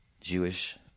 Jewish